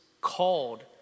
called